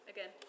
Again